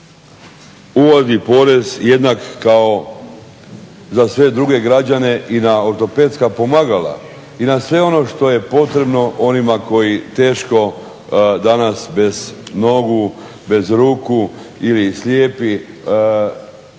uvodi porez jednak kao za sve druge građane i na ortopedska pomagala i na sve ono što je potrebno onima koji teško danas bez nogu, bez ruku ili slijepi